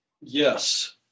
Yes